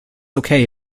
okay